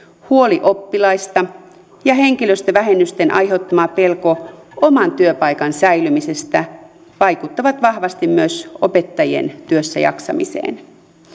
huoli oppilaista ja henkilöstövähennysten aiheuttama pelko oman työpaikan säilymisestä vaikuttavat vahvasti myös opettajien työssäjaksamiseen